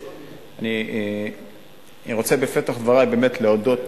החברתיים, בבקשה, נא לעלות.